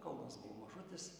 kaunas buvo mažutis